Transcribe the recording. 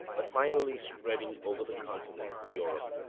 but finally spreading over the continent of europe.